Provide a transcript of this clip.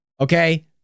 Okay